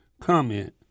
comment